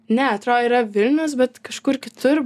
ne atrodo yra vilnius bet kažkur kitur